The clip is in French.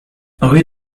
rue